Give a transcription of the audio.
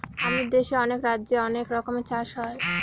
আমাদের দেশে অনেক রাজ্যে অনেক রকমের চাষ হয়